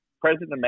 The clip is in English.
president